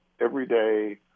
everyday